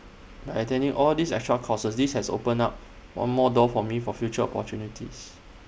by attending all these extra courses this has opened up one more door for me for future opportunities